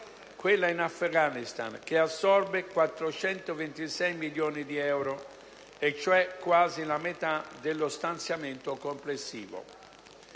quella in Afghanistan, che assorbe 426 milioni di euro, cioè quasi la metà dello stanziamento complessivo.